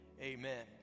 Amen